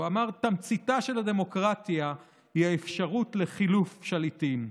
הוא אמר: תמציתה של הדמוקרטיה היא האפשרות לחילוף שליטים.